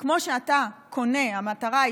כמו שאתה קונה, המטרה היא